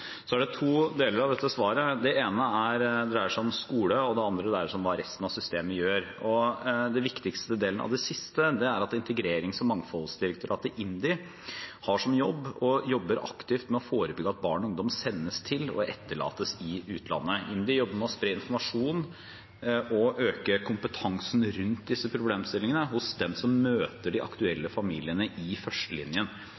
er to deler av dette svaret. Det ene dreier seg om skole, det andre dreier seg om hva resten av systemet gjør. Den viktigste delen av det siste er at Integrerings- og mangfoldsdirektoratet, IMDi, har som jobb, og jobber aktivt med, å forebygge at barn og ungdom sendes til og etterlates i utlandet. IMDi jobber med å spre informasjon og øke kompetansen rundt disse problemstillingene hos dem som møter de